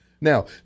Now